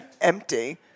empty